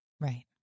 Right